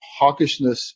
hawkishness